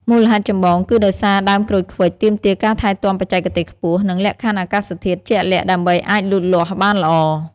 មូលហេតុចម្បងគឺដោយសារដើមក្រូចឃ្វិចទាមទារការថែទាំបច្ចេកទេសខ្ពស់ និងលក្ខខណ្ឌអាកាសធាតុជាក់លាក់ដើម្បីអាចលូតលាស់បានល្អ។